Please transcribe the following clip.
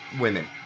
women